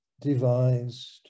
devised